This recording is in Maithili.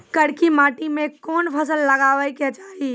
करकी माटी मे कोन फ़सल लगाबै के चाही?